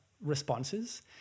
responses